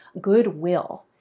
goodwill